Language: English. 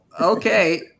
Okay